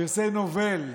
פרסי נובל בכימיה.